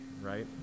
right